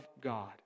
God